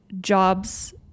jobs